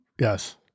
Yes